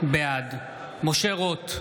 בעד משה רוט,